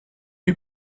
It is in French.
eut